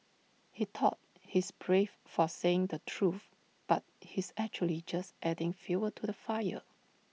he thought he's brave for saying the truth but he's actually just adding fuel to the fire